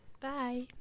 Bye